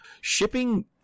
Shipping